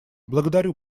благодарю